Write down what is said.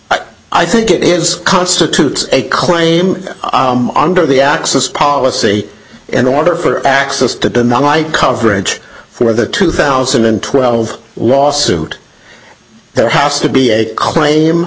claim i think it is constitutes a claim under the access policy in order for access to deny coverage for the two thousand and twelve lawsuit there has to be a claim